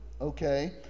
okay